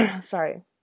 sorry